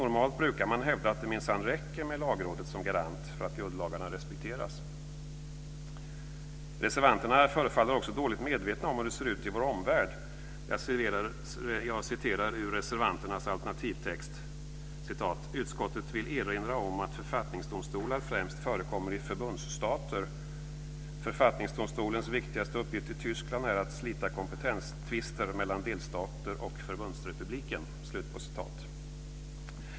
Normalt brukar man hävda att det minsann räcker med lagrådet som garant för att grundlagarna respekteras. Reservanterna förefaller också dåligt medvetna om hur det ser ut i vår omvärld. Jag citerar ur reservanternas alternativtext: "Utskottet vill erinra om att författningsdomstolar främst förekommer i förbundsstater. Författningsdomstolens viktigaste uppgift i Tyskland är att slita kompetenstvister mellan delstater och förbundsrepubliken."